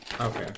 Okay